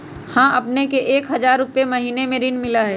हां अपने के एक हजार रु महीने में ऋण मिलहई?